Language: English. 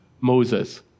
Moses